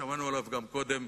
ושמענו עליו גם קודם.